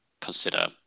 consider